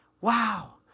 Wow